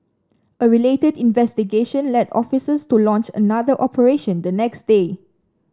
a related investigation led officers to launch another operation the next day